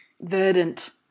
verdant